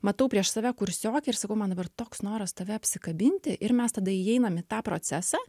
matau prieš save kursiokę ir sakau man dabar toks noras tave apsikabinti ir mes tada įeinam į tą procesą